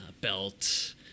belt